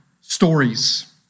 stories